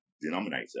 denominator